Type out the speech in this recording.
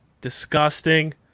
Disgusting